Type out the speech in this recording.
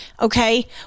okay